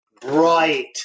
bright